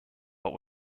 but